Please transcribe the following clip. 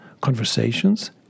conversations